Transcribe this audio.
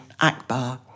Akbar